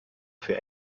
für